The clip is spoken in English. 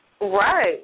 Right